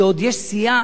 שעוד יש סיעה,